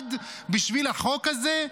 במיוחד בשביל החוק הזה?